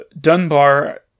Dunbar